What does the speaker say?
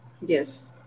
Yes